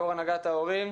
יו"ר הנהגת ההורים.